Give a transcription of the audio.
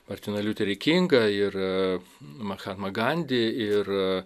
martiną liuterį kingą ir mahatmą gandį ir